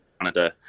Canada